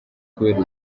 kubera